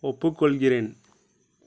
ஒப்பு கொள்கிறேன்